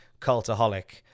Cultaholic